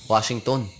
Washington